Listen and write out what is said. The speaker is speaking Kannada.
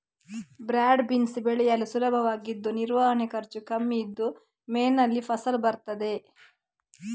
ಬ್ರಾಡ್ ಬೀನ್ಸ್ ಬೆಳೆಯಲು ಸುಲಭವಾಗಿದ್ದು ನಿರ್ವಹಣೆ ಖರ್ಚು ಕಮ್ಮಿ ಇದ್ದು ಮೇನಲ್ಲಿ ಫಸಲು ಬರ್ತದೆ